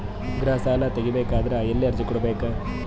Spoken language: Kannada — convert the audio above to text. ಗೃಹ ಸಾಲಾ ತಗಿ ಬೇಕಾದರ ಎಲ್ಲಿ ಅರ್ಜಿ ಕೊಡಬೇಕು?